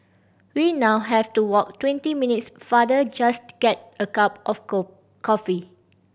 we now have to walk twenty minutes farther just to get a cup of coffee